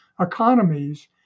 economies